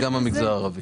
זה גם המגזר הערבי.